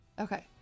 Okay